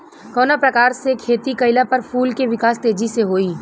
कवना प्रकार से खेती कइला पर फूल के विकास तेजी से होयी?